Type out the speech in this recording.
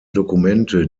dokumente